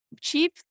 cheap